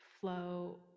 flow